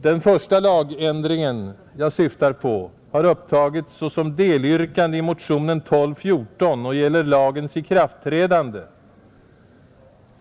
Den första lagändringen jag syftar på har upptagits såsom delyrkande i motionen 1214 och gäller lagens ikraftträdande.